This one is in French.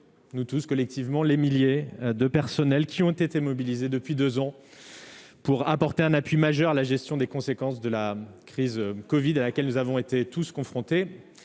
nous tous, collectivement, les milliers de personnels qui ont été mobilisés depuis 2 ans pour apporter un appui majeur, la gestion des conséquences de la crise Covid à laquelle nous avons été tous confrontés